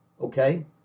okay